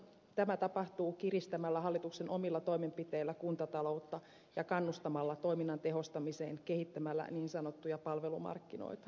tämä tapahtuu kiristämällä hallituksen omilla toimenpiteillä kuntataloutta ja kannustamalla toiminnan tehostamiseen kehittämällä niin sanottuja palvelumarkkinoita